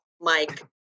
Mike